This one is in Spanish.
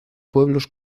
pueblos